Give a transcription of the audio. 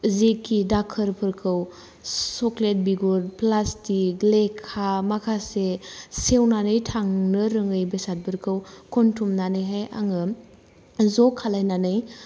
जेखि दाखोरफोरखौ चक'लेट बिगुर प्लास्टिक लेखा माखासे सेवनानै थांनो रोङै बेसादफोरखौ खनथुमनानैहाय आङो ज' खालायनानै